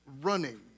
running